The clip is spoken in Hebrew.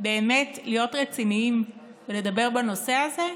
באמת להיות רציניים ולדבר בנושא הזה,